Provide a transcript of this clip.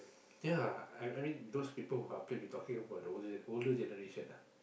ya I I mean those people who are play we talking about the older older generation ah